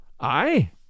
I